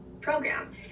program